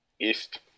East